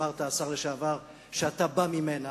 אמרת שאתה בא ממנה,